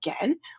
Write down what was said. again